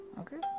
okay